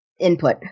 Input